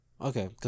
Okay